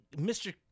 Mr